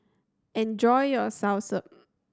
enjoy your soursop